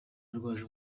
arwaje